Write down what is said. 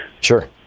Sure